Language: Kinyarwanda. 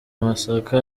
amasaka